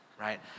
right